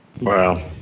Wow